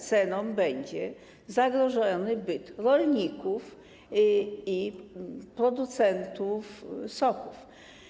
Ceną będzie zagrożony byt rolników i producentów soków.